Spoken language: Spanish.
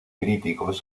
críticos